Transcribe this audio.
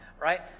Right